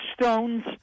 stones